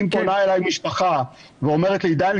אם פונה אליי משפחה ואומרת לי: דני,